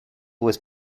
was